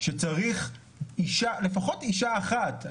שצריך לפחות אשה אחת,